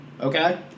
Okay